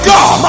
God